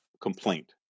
complaint